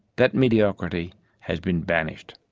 that mediocrity has been banished.